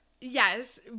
Yes